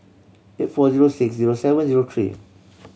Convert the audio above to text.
eight four zero six zero seven zero three